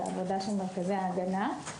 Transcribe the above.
על העבודה של מרכזי ההגנה.